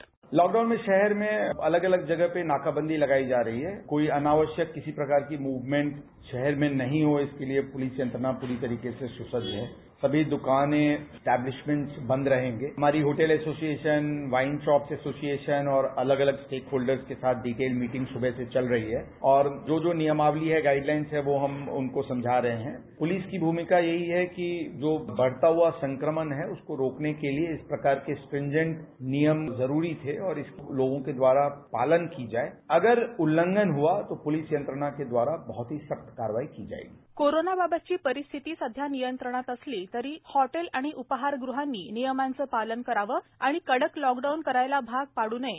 bite lockdown में शहर में अलग अलग जगह पे नाकाबंदी लगाई जा रही है कोई अनावश्यक किसी प्रकारकी म्व्हमेंट शहर में नहीं हो इसलिए प्लिस यंत्रणा प्री तरह से स्सज्जीत है सभी द्रकाने स्टब्लिशमेंटस् बंद रहेंगे हमारी hotel association wine shop association और अलग अलग स्टक्क होल्डर्स के साथ डिटेल मिटिंग सूबह से चल रही हैं और जो जो नियमावली है गाइडलाईन है वो हम उनको समझा रहे है प्लिस की भ्मिका यही है की जो बढता हआ संक्रमण है उसको रोकने के लिए इस प्रकार के स्ट्रिंजन नियम जरूरी थे और इसकी लोगों के दवारा पालन किया जाए अगर उल्लंघन हुआ तो प्लिस यंत्रणा के द्वारा बहृत ही सक्त कारवाई कि जायेगी म्ख्यमंत्री कोरोनाबाबतची परिस्थिती सध्या नियंत्रणात असली हॉटेल आणि उपाहारगृहांनी नियमांचं पालन करावं आणि कडक लॉकडाऊन करायला भाग पाडू नये